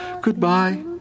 Goodbye